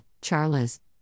charlas